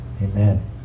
Amen